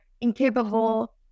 incapable